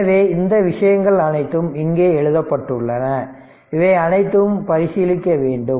எனவே இந்த விஷயங்கள் அனைத்தும் இங்கே எழுதப்பட்டுள்ளன இவை அனைத்தும் பரிசீலிக்க வேண்டும்